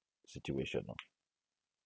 situation lor